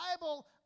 Bible